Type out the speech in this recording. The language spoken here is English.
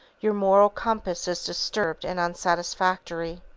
your moral compass is disturbed and unsatisfactory.